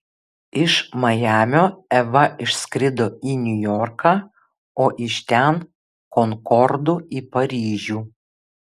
iš majamio eva išskrido į niujorką o iš ten konkordu į paryžių